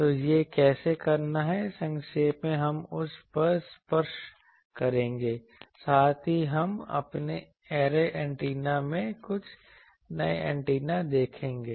तो यह कैसे करना है संक्षेप में हम उस पर स्पर्श करेंगे साथ ही हम अपने ऐरे एंटीना में कुछ नए एंटेना देखेंगे